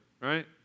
Right